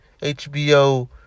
HBO